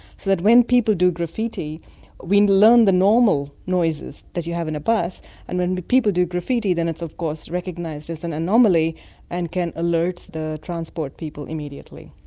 so that when people do graffiti we learn the normal noises that you have in a bus and then when but people do graffiti then it's of course recognised as an anomaly and can alert the transport people immediately.